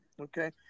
okay